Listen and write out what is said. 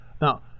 Now